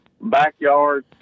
backyard